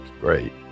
great